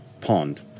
pond